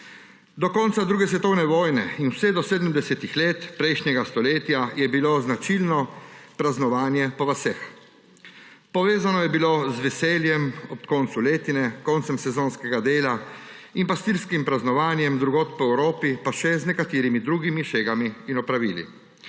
Do konca druge svetovne vojne in vse do 70. let prejšnjega stoletja je bilo značilno praznovanje po vaseh. Povezano je bilo z veseljem ob koncu letine, koncem sezonskega dela in pastirskim praznovanjem drugod po Evropi, pa še z nekaterimi drugimi šegami in opravili.